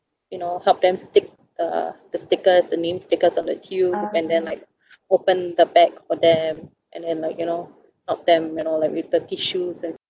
you know help them stick uh the stickers the name stickers of the queue and then like open the bag for them and then like you know help them and all like with the tissues and